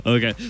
Okay